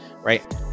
right